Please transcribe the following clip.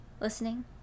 listening